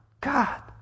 God